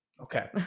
Okay